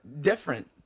different